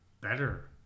better